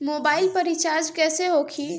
Mobile पर recharge कैसे होखी?